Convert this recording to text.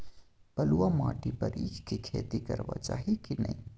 बलुआ माटी पर ईख के खेती करबा चाही की नय?